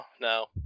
no